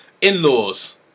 in-laws